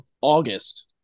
august